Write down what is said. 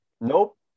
Nope